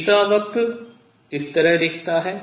तीसरा वक्र इस तरह दिखता है